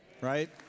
right